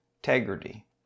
integrity